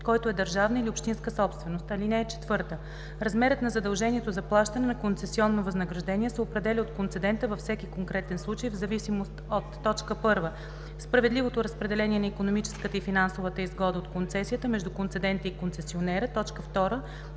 който е държавна или общинска собственост. (4) Размерът на задължението за плащане на концесионно възнаграждение се определя от концедента във всеки конкретен случай в зависимост от: 1. справедливото разпределение на икономическата и финансовата изгода от концесията между концедента и концесионера; 2.